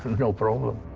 no problem.